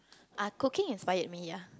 uh cooking inspire me ya